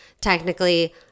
technically